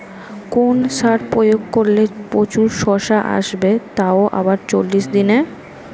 কোন সার প্রয়োগ করলে প্রচুর শশা আসবে তাও আবার চল্লিশ দিনে?